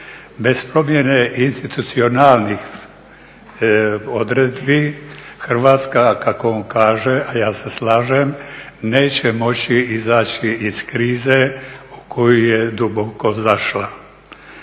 Bez promjene institucionalnih odredbi Hrvatska kako on kaže, a ja se slažem neće moći izaći iz krize u koju je duboko zašla.